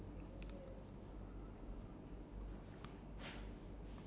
wait just now they said this thing will take like about what two hours is it